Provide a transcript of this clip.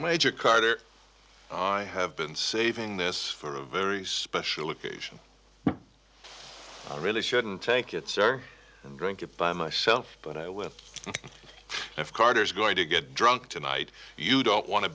major carter i have been saving this for a very special occasion i really shouldn't take it sir and drink it by myself but i with if carter's going to get drunk tonight you don't want to